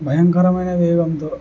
భయంకరమైన వేగంతో